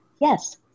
yes